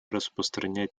распространять